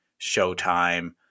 Showtime